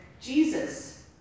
Jesus